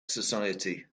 society